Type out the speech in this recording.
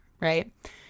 right